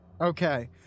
Okay